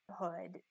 Hood